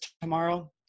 tomorrow